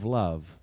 love